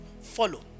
follow